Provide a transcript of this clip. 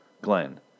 Glenn